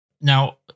Now